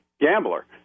gambler